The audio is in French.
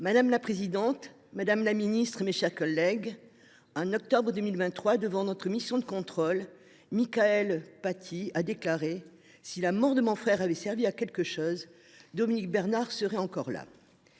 Madame la présidente, madame la ministre, mes chers collègues, en octobre 2023, devant notre mission conjointe de contrôle, Mickaëlle Paty déclarait :« Si la mort de mon frère avait servi à quelque chose, Dominique Bernard serait encore là.